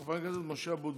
חבר הכנסת משה אבוטבול.